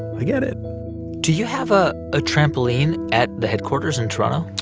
i get it do you have a ah trampoline at the headquarters in toronto?